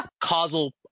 causal